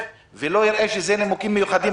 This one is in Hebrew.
ולא יראה שהקורונה היא נימוקים מיוחדים,